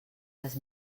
les